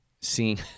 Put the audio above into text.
seeing